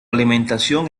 alimentación